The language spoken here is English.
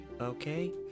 Okay